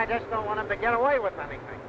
i just don't want to get away with anything